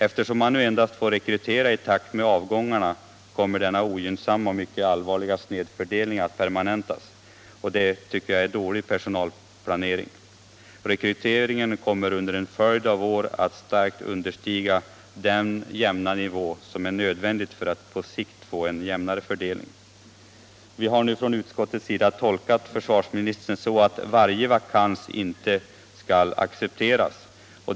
Eftersom man nu endast får rekrytera i takt med avgångarna, kommer denna ogynnsamma och mycket allvarliga snedfördelning att permanentas. Detta tycker jag är dålig personalplanering. Rekryteringen kommer under en följd av år att starkt understiga den jämna nivå som är nödvändig för att på sikt ge en jämnare fördelning. Vi har nu i utskottet tolkat försvarsministern så att inte varje vakans skall accepteras.